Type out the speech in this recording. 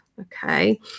okay